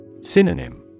Synonym